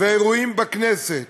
והאירועים בכנסת